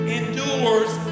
endures